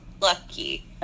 Lucky